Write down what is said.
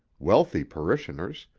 wealthy parishioners,